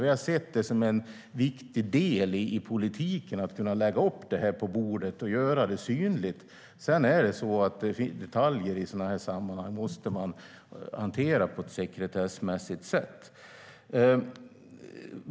Vi har sett det som en viktig del i politiken att kunna lägga detta på bordet och göra det synligt. Sedan finns det detaljer i sådana sammanhang som måste hanteras på ett sekretessmässigt sätt.